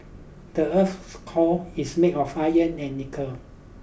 the earth's core is made of iron and nickel